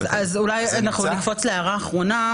אז נקפוץ להערה האחרונה,